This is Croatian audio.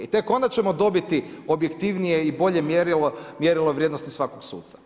I tek onda ćemo dobiti objektivnije i bolje mjerilo vrijednosti svakog suca.